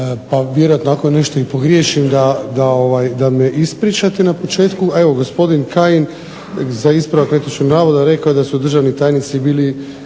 pa vjerojatno ako nešto i pogriješim da me ispričate. Na početku evo gospodin Kajin za ispravak netočnog navoda rekao je da su državni tajnici bili